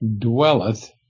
dwelleth